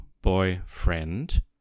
boyfriend